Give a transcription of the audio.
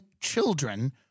children